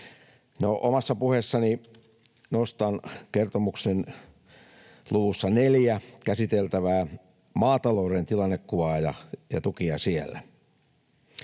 Omassa puheessani nostan kertomuksen luvussa neljä käsiteltävää maatalouden tilannekuvaa ja tukia siellä.